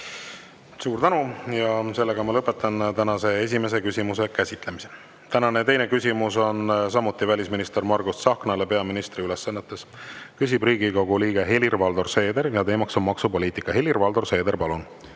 Suur tänu! Ma lõpetan tänase esimese küsimuse käsitlemise. Tänane teine küsimus on samuti välisminister Margus Tsahknale peaministri ülesannetes, küsib Riigikogu liige Helir-Valdor Seeder ja teema on maksupoliitika. Helir-Valdor Seeder, palun!